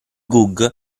gug